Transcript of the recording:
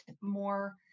more